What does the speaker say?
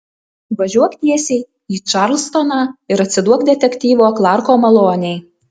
važiuok tiesiai į čarlstoną ir atsiduok detektyvo klarko malonei